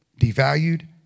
devalued